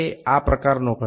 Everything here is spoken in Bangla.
আসুন দেখা যাক